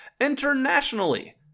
internationally